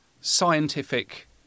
scientific